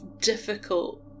difficult